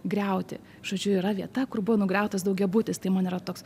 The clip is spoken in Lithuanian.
griauti žodžiu yra vieta kur buvo nugriautas daugiabutis tai man yra toks